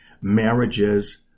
marriages